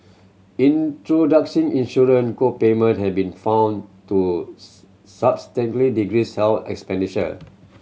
introducing insurance co payment have been found to substantially decrease health expenditure